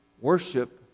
worship